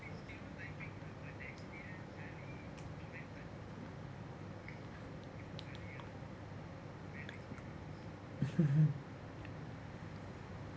mmhmm